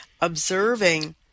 observing